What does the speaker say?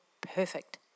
perfect